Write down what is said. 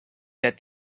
that